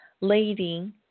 lady